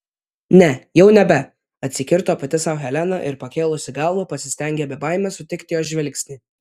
ne jau nebe atsikirto pati sau helena ir pakėlusi galvą pasistengė be baimės sutikti jo žvilgsnį